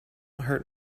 hurt